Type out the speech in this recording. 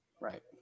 Right